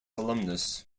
alumnus